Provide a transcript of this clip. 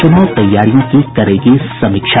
चुनाव तैयारियों की करेगी समीक्षा